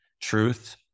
Truth